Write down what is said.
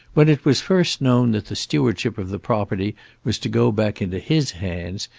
when it was first known that the stewardship of the property was to go back into his hands,